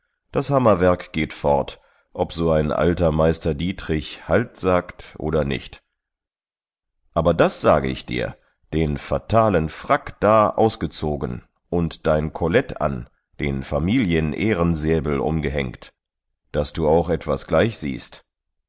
das hammerwerk geht fort ob so ein alter meister dietrich halt sagt oder nicht aber das sage ich dir den fatalen frack da ausgezogen und dein kollett an den familienehrensäbel umgehängt daß du auch etwas gleichsiehst